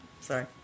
Sorry